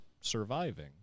surviving